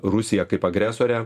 rusiją kaip agresorę